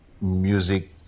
music